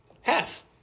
Half